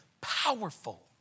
powerful